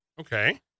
Okay